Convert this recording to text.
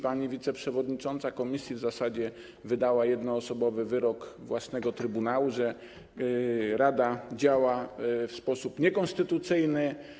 Pani wiceprzewodnicząca komisji w zasadzie wydała jednoosobowy wyrok własnego trybunału, że rada działa w sposób niekonstytucyjny.